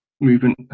movement